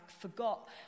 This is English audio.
forgot